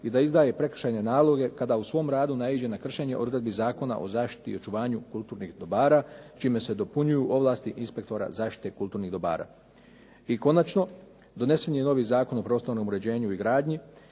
i da izdaje prekršajne naloge kada u svom radu naiđe na kršenje odredbi Zakona o zaštiti i očuvanju kulturnih dobara čime se dopunjuju ovlasti inspektora zaštite kulturnih dobara. I konačno. Donesen je novi Zakon o prostornom uređenju i gradnji